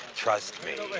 trust me.